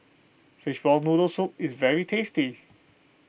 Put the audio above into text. Fishball Noodle Soup is very tasty